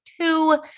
two